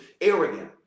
arrogant